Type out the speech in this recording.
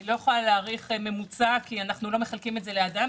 אני לא יכולה להעריך ממוצע כי אנחנו לא מחלקים את זה לפי אדם.